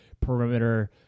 perimeter